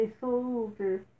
soldier